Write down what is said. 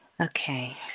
Okay